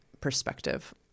perspective